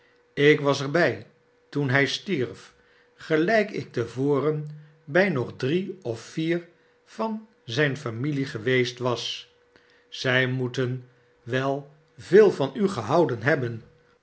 ik was er bij toen hij stierf gelijk ik te voren bij nog drie of vier van zijne familie geweest was azijmoeten wel veel van u gehouden hebben